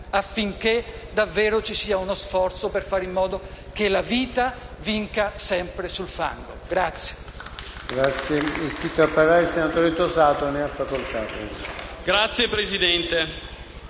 affinché davvero si compia uno sforzo per fare in modo che la vita vinca sempre sul fango.